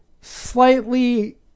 Slightly